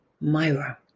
Myra